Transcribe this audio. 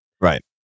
Right